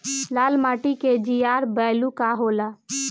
लाल माटी के GR value का होला?